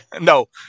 No